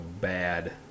bad